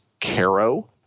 Caro